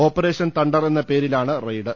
operation thunder എന്ന പേരിലാണ് raid